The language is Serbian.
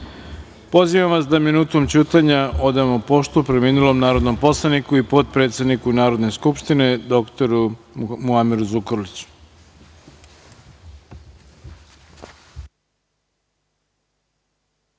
godini. Pozivam vas da minutom ćutanja odamo poštu preminulom narodnom poslaniku i potpredsedniku Narodne skupštine dr Muameru Zukorliću. Neka